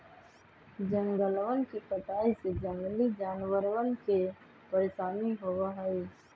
जंगलवन के कटाई से जंगली जानवरवन के परेशानी होबा हई